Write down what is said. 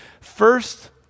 First